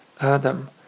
Adam